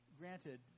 granted